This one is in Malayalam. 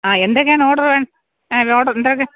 ആ എന്തൊക്കെയാണ് ഓഡറ് ഓഡർ എന്തൊക്കെ